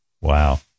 Wow